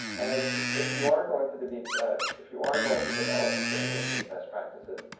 and if you are going to to be if you are going to develop standards and best practices,